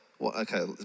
Okay